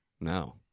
No